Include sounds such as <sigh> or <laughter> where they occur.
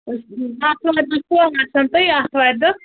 <unintelligible> آتھوارِ دۄہ چھُوا آسان تُہۍ آتھوارِ دۄہ